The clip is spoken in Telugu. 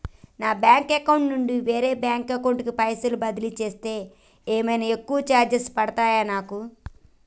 నా బ్యాంక్ అకౌంట్ నుండి వేరే బ్యాంక్ అకౌంట్ కి పైసల్ బదిలీ చేస్తే ఏమైనా ఎక్కువ చార్జెస్ పడ్తయా నాకు?